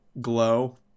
Glow